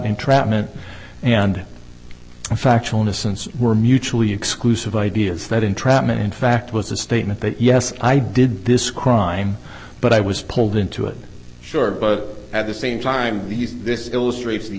entrapment and factual innocence were mutually exclusive ideas that entrapment in fact was a statement that yes i did this crime but i was pulled into it sure but at the same time this illustrates